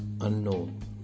unknown